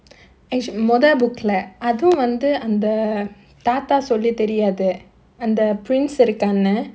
actua~ மொத:modha book leh அது வந்து அந்த தாத்தா சொல்லி தெரியாது அந்த:athu vandhu andha thaathaa solli theriyathu andha prince இருக்கானே:irukkaanae